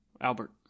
Albert